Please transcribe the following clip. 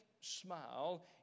smile